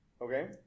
Okay